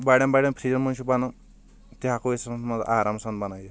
بڑٮ۪ن بڑٮ۪ن فرجن منٛز چھُ بنان تہِ ہیٚکو أسۍ یمن منٛز آرام سان بنٲیتھ